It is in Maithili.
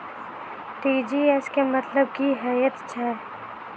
टी.जी.एस केँ मतलब की हएत छै?